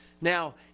Now